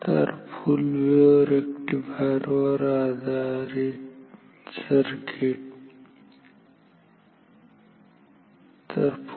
तर full wave rectifier वर आधारित सर्किट ठीक आहे